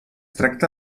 tracta